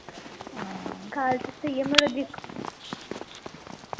हां गल्ल ते स्हेई ऐ मगर दिक्खो